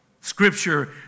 Scripture